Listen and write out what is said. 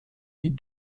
die